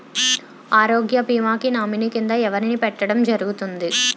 ఆరోగ్య భీమా కి నామినీ కిందా ఎవరిని పెట్టడం జరుగతుంది?